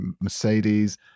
Mercedes